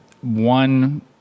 one